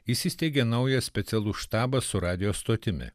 įsisteigė naujas specialus štabas su radijo stotimi